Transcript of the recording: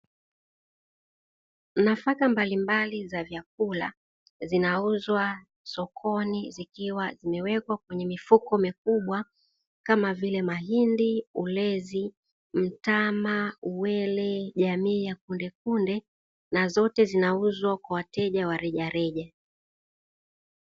Nafaka mbalimbali za vyakula zinauzwa sokoni zikiwa zimewekwa kwenye mifuko mikubwa kama vile: mahindi, ulezi, mtama, uwele, jamii ya kundekunde; na zote zinauzwa kwa wateja wa rejareja.